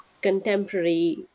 contemporary